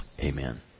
Amen